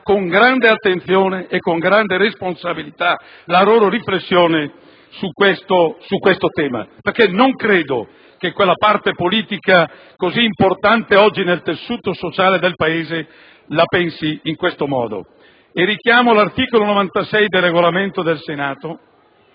con grande attenzione e grande responsabilità la loro riflessione su questo tema, perché non credo che quella parte politica così importante oggi nel tessuto sociale del Paese la pensi in questo modo. Mi richiamo, dunque, all'articolo 96 del Regolamento del Senato